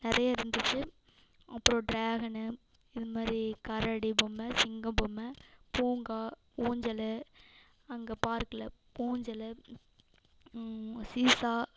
நிறைய இருந்துச்சி அப்றம் ட்ராகனு இது மாதிரி கரடி பொம்மை சிங்கம் பொம்மை பூங்கா ஊஞ்சல் அங்கே பார்க்கில் ஊஞ்சல் சீஸா